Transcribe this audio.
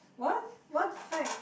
what what fact